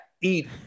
eat